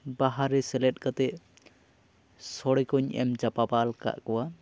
ᱵᱟᱦᱟᱨᱮ ᱥᱮᱞᱮᱫ ᱠᱟᱛᱮᱫ ᱥᱳᱲᱮ ᱠᱚᱧ ᱮᱢ ᱪᱟᱯᱟᱯᱟᱞ ᱟᱠᱟᱫ ᱠᱚᱣᱟ